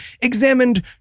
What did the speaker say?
examined